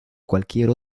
cualquier